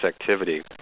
activity